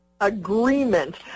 Agreement